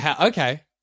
Okay